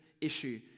issue